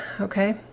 Okay